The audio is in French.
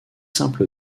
simple